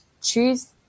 choose